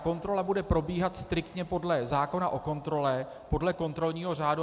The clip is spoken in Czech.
Kontrola bude probíhat striktně podle zákona o kontrole, podle kontrolního řádu.